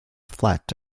flat